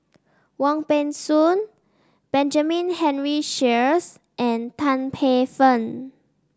Wong Peng Soon Benjamin Henry Sheares and Tan Paey Fern